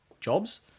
jobs